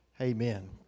Amen